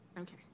Okay